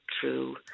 true